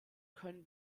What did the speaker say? können